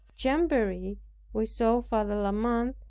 chamberry we saw father la mothe,